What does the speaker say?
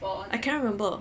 I can't remember